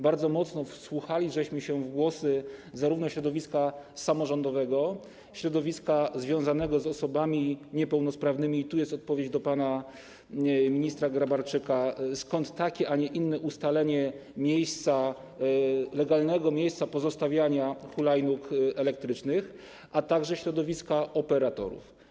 Bardzo mocno wsłuchaliśmy się w głosy zarówno środowiska samorządowego, jak i środowiska związanego z osobami niepełnosprawnymi - tu jest odpowiedź na pytanie pana ministra Grabarczyka o to, skąd takie, a nie inne ustalenie legalnego miejsca pozostawiania hulajnóg elektrycznych - a także środowiska operatorów.